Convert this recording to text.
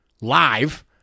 live